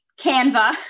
Canva